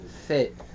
Fit